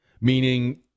meaning